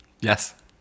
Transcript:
Yes